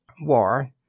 War